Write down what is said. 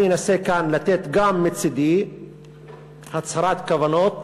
אני אנסה כאן לתת גם מצדי הצהרת כוונות,